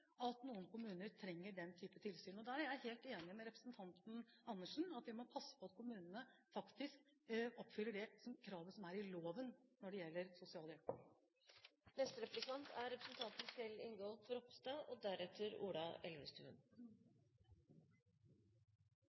at noen kommuner trenger den type tilsyn. Der er jeg helt enig med representanten Andersen i at vi må passe på at kommunene faktisk oppfyller det kravet som er i loven når det gjelder sosialhjelp. En registrerte jo at statsminister Stoltenberg og daværende LO-leder Gerd-Liv Valla gikk turer rundt Sognsvann, og